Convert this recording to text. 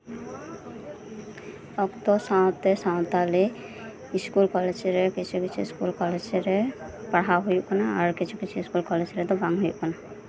ᱚᱠᱛᱚ ᱥᱟᱶᱛᱮ ᱥᱟᱶᱛᱟ ᱨᱮ ᱥᱟᱶᱛᱟᱞᱤ ᱥᱠᱩᱞ ᱠᱚᱞᱮᱡᱽ ᱨᱮ ᱯᱟᱲᱦᱟᱣ ᱦᱳᱭᱳᱜ ᱠᱟᱱᱟ ᱟᱨ ᱠᱤᱪᱷᱩᱼᱠᱤᱪᱷᱩ ᱥᱠᱩᱞ ᱠᱚᱞᱮᱡᱽ ᱨᱮᱫᱚ ᱵᱟᱝ ᱦᱳᱭᱳᱜ ᱠᱟᱱᱟ